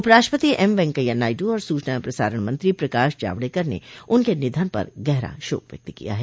उपराष्ट्रपति एम वेंकैया नायडू और सूचना एवं प्रसारण मंत्री प्रकाश जावड़ेकर ने उनके निधन पर गहरा शोक व्यक्त किया है